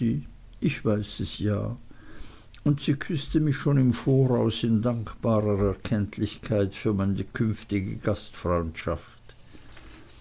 ich weiß es ja und sie küßte mich schon im voraus in dankbarer erkenntlichkeit für meine künftige gastfreundschaft